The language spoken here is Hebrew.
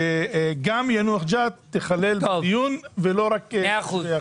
שגם יאנוח ג'ת תיכלל בדיון ולא רק עכו.